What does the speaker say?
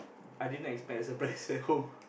i didn't expect a surprise at home